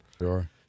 Sure